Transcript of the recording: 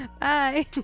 Bye